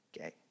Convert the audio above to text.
Okay